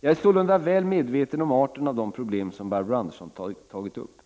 Jag är sålunda väl medveten om arten av de problem som Barbro Andersson tagit upp.